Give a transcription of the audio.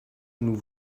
nous